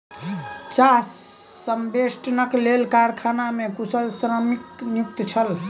चाह संवेष्टनक लेल कारखाना मे कुशल श्रमिक नियुक्त छल